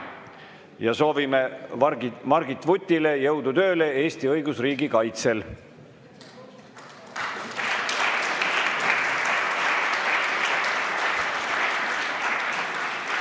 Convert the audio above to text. Soovime Margit Vutile jõudu tööle Eesti õigusriigi kaitsel.